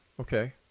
Okay